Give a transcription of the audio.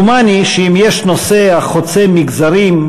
דומני שאם יש נושא החוצה מגזרים,